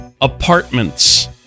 apartments